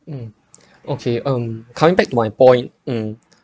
mm okay um coming back to my point um